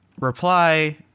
reply